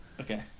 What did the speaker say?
okay